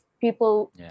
people